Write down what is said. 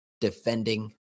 defending